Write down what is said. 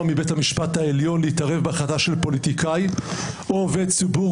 מבית המשפט העליון להתערב בהחלטה של פוליטיקאי או עובד ציבור,